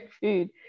food